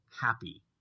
happy